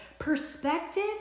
Perspective